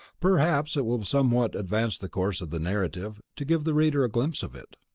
perhaps it will somewhat advance the course of the narrative to give the reader a glimpse of it.